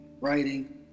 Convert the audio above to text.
writing